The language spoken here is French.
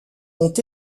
ont